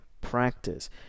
practice